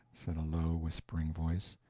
said a low, whispering voice.